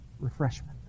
refreshment